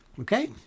okay